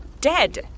dead